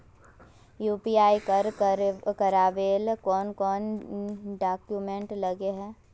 UPI कर करावेल कौन कौन डॉक्यूमेंट लगे है?